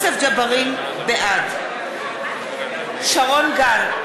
בעד שרון גל,